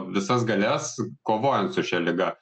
visas galias kovojant su šia liga